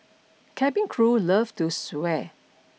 cabin crew love to swear